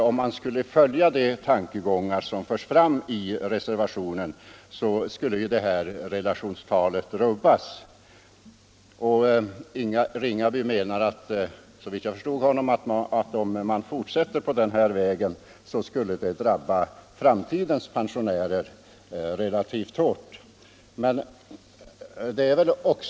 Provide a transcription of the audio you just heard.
Om man skulle följa de tankegångar som förs fram i reservationen skulle det här relationstalet rubbas. Herr Ringaby menar, såvitt jag förstår, att det skulle drabba framtidens pensionärer relativt hårt om man fortsätter på den här vägen.